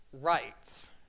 rights